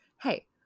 hey